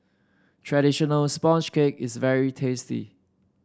traditional sponge cake is very tasty